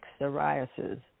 psoriasis